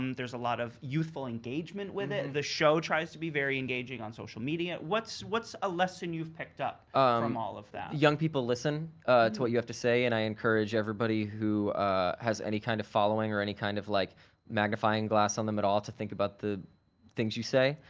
and there's a lot of youthful engagement with it. the show tries to be very engaging on social media. what's a a lesson you've picked up from um all of that? young people listen to what you have to say and i encourage everybody who has any kind of following or any kind of like magnifying glass on them at all to think about the things you say.